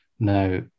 Now